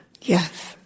Yes